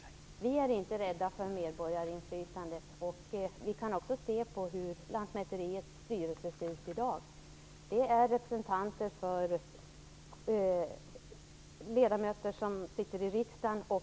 Vi är inte rädda för medborgarinflytandet. Vi kan ju se hur Lantmäteriets styrelse i dag ser ut. Där finns ledamöter från riksdagen och